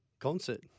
concert